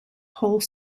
whole